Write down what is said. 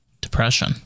depression